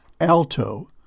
alto